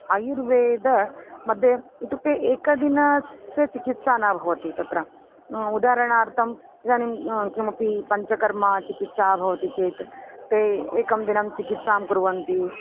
अयुर्वेदमध्ये इत्युक्ते एकदिनस्य चिकित्सा न भवति तत्र उदाहरणार्थम् इदानीं किमपि पञ्चकर्मचिकित्सा भवति चेत् ते एकं दिनं चिकित्सां कुर्वन्ति